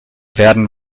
werden